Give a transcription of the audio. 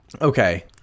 Okay